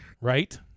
right